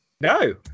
No